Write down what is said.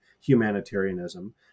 humanitarianism